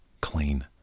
clean